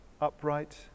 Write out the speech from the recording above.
upright